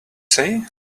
say